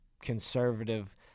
conservative